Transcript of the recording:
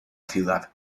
ciudad